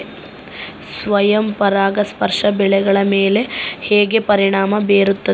ಸ್ವಯಂ ಪರಾಗಸ್ಪರ್ಶ ಬೆಳೆಗಳ ಮೇಲೆ ಹೇಗೆ ಪರಿಣಾಮ ಬೇರುತ್ತದೆ?